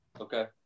Okay